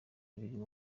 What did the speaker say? birimo